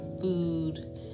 food